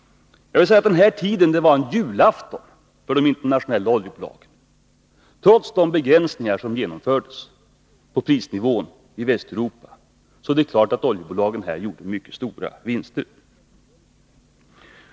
Den här tiden var en julafton för de internationella oljebolagen. Trots de begränsningar i prisnivån som genomfördes i Västeuropa är det klart att oljebolagen gjorde mycket stora vinster.